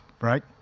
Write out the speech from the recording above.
right